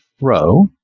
row